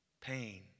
pain